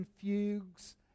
fugues